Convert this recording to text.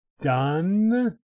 done